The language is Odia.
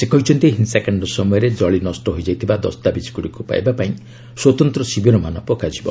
ସେ କହିଛନ୍ତି ହିଂସାକାଣ୍ଡ ସମୟରେ ଜଳି ନଷ୍ଟ ହୋଇଯାଇଥିବା ଦସ୍ତାବିଜ୍ଗୁଡ଼ିକୁ ପାଇବା ପାଇଁ ସ୍ୱତନ୍ତ ଶିବିରମାନ ପକାଯିବ